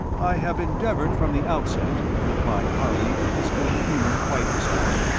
i have endeavoured from the outset, replied harley, his good humour quite restored,